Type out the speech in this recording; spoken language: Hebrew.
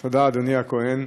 תודה, אדוני הכהן,